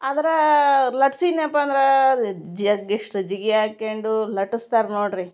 ಆದರ ಲಟ್ಸಿನೆಪ್ಪಂದರಾ ಜಗ್ಗಿ ಎಷ್ಟು ಜಿಗಿ ಹಾಕ್ಯಂಡೂ ಲಟಸ್ತಾರೆ ನೋಡಿರಿ